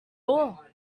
all